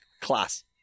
class